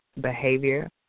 behavior